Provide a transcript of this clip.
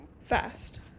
Fast